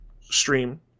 stream